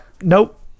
Nope